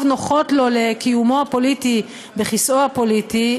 נוחות לו לקיומו הפוליטי וכיסאו הפוליטי,